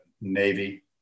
Navy